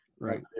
right